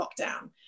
lockdown